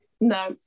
no